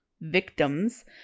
victims